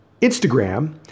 Instagram